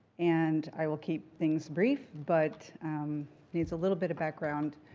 and i will keep things brief, but needs a little bit of background.